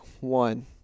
one